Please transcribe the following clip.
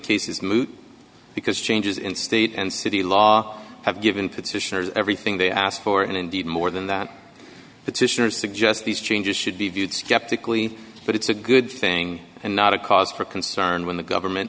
case is moot because changes in state and city law have given petitioners everything they asked for and indeed more than that petitioners suggest these changes should be viewed skeptically but it's a good thing and not a cause for concern when the government